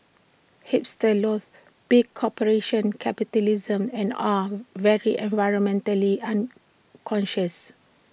hipsters loath big corporations capitalism and are very environmentally unconscious